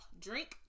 Drink